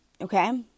okay